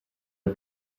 are